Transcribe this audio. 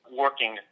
working